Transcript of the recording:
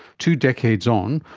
two decades on,